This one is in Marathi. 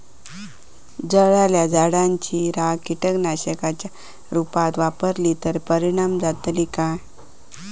जळालेल्या झाडाची रखा कीटकनाशकांच्या रुपात वापरली तर परिणाम जातली काय?